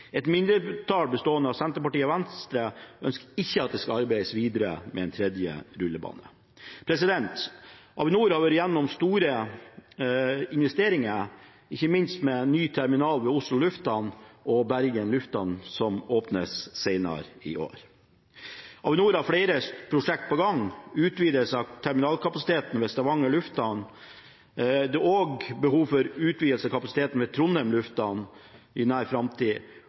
Et mindretall bestående av Senterpartiet og Venstre ønsker ikke at det skal arbeides videre med en tredje rullebane. Avinor har vært igjennom store investeringer, ikke minst med ny terminal ved Oslo lufthavn og ved Bergen lufthavn, som åpnes seinere i år. Avinor har flere prosjekter på gang, f.eks. utvidelse av terminalkapasiteten ved Stavanger lufthavn. Det er også behov for utvidelse av kapasiteten ved Trondheim lufthavn i nær framtid